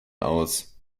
aus